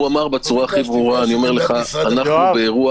הוא אמר בצורה הכי ברורה שאנחנו באירוע